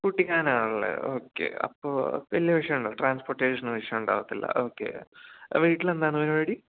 കുട്ടിക്കാനമാണല്ലേ okay അപ്പോള് വലിയ വിഷയമല്ല ട്രാൻസ്പോർട്ടേഷന് വിഷയമുണ്ടാകില്ല ഓക്കേ വീട്ടിലെന്താണ് പരിപാടി